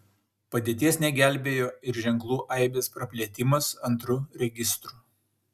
padėties negelbėjo ir ženklų aibės praplėtimas antru registru